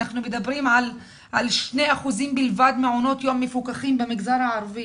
אנחנו מדברים על שני אחוזים בלבד מעונות יום מפוקחים במגזר הערבי,